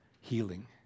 healing